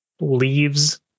leaves